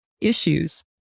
issues